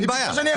בסדר.